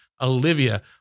Olivia